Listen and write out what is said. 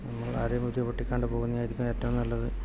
നമ്മൾ ആരെയും ബുദ്ധിമുട്ടിക്കാണ്ട് പോകുന്നതായിരിക്കും ഏറ്റവും നല്ലത്